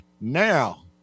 now